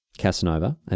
Casanova